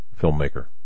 filmmaker